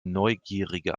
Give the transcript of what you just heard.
neugierige